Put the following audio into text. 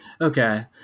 Okay